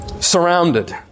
surrounded